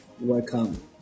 Welcome